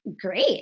Great